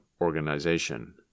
organization